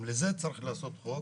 גם לזה צריך לעשות חוק.